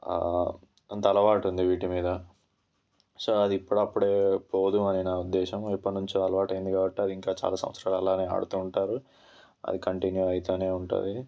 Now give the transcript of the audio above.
అంతా అలవాటు ఉంది వీటి మీద సో అది ఇప్పుడు అప్పుడే పోదు అని నా ఉద్దేశ్యం ఎప్పటి నుంచో అలవాటు అయింది కాబట్టి అది ఇంకా చాలా సంవత్సరాలు ఇలాగే ఆడుతూ ఉంటారు అది కంటిన్యూ అయితేనే ఉంటుంది